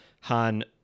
han